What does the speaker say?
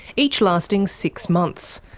each lasting six months.